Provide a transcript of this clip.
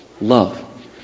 Love